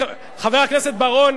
חבר הכנסת בר-און,